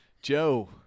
Joe